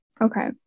Okay